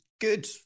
good